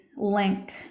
link